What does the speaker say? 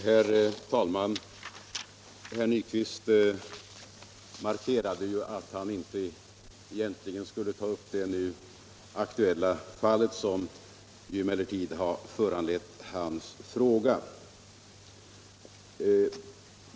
Herr talman! Herr Nyquist markerade att han inte lämpligen skulle ta upp det nu aktuella fallet, som emellertid har föranlett hans fråga.